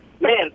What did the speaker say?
man